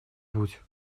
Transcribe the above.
путь